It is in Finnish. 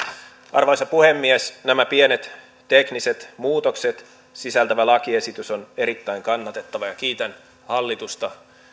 arvoisa puhemies nämä pienet tekniset muutokset sisältävä lakiesitys on erittäin kannatettava ja kiitän hallitusta